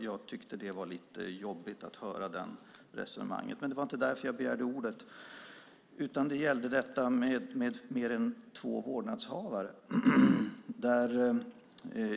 Jag tyckte att det var lite jobbigt att höra det resonemanget. Men det var inte därför jag begärde ordet, utan det gällde detta med fler än två vårdnadshavare.